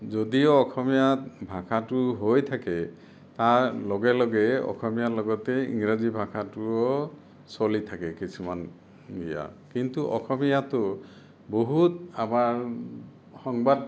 যদিও অসমীয়াত ভাষাটো হৈ থাকে তাৰ লগে লগে অসমীয়াৰ লগতে ইংৰাজী ভাষাটোও চলি থাকে কিছুমান ইয়া কিন্তু অসমীয়াটো বহুত আমাৰ সংবাদ